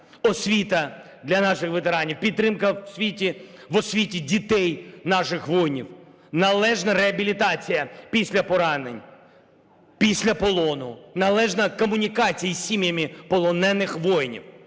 Освіта для наших ветеранів, підтримка в освіті дітей наших воїнів. Належна реабілітація після поранень, після полону, належна комунікація з сім'ями полонених воїнів